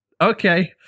okay